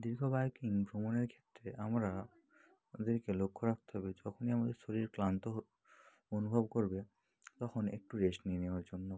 দীর্ঘ বাইকিং ভ্রমণের ক্ষেত্রে আমরা আমাদেরকে লক্ষ রাখতে হবে যখনই আমাদের শরীর ক্লান্ত হ অনুভব করবে তখন একটু রেস্ট নিয়ে নেওয়ার জন্য